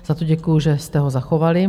Za to děkuju, že jste ho zachovali.